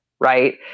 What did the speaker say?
Right